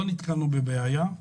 לא נתקלנו בבעיה.